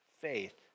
faith